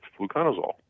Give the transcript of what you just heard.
fluconazole